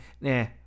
Nah